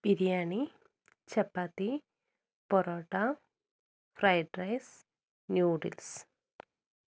biryani chapati porotta fried rice noodles